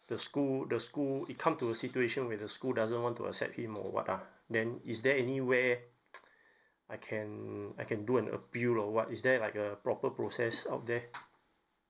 the school the school it come to a situation where the school doesn't want to accept him or what ah then is there anywhere I can I can do an appeal or what is there like a proper process of there